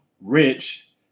rich